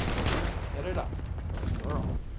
but you can hit it up, for a girl!